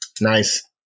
Nice